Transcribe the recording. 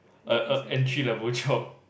err err entry level job